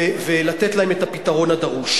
ולתת להם את הפתרון הדרוש.